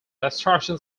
abstraction